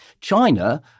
China